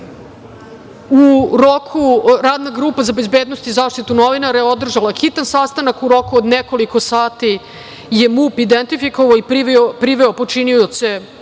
aprila. Radna grupa za bezbednost i zaštitu novinara je održala hitan sastanak, u roku od nekoliko sati je MUP identifikovao i priveo počinioce